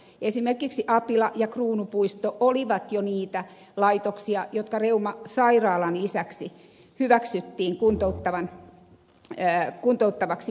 esimerkiksi apila ja kruunupuisto olivat jo niitä laitoksia jotka reumasairaalan lisäksi hyväksyttiin kuntouttavaksi paikaksi